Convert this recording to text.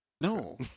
No